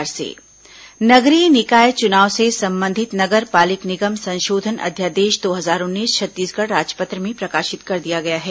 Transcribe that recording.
नगरीय निकाय चुनाव अध्यादेश नगरीय निकाय चुनाव से संबंधित नगर पालिक निगम संशोधन अध्यादेश दो हजार उन्नीस छत्तीसगढ़ राजपत्र में प्रकाशित कर दिया गया है